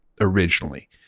originally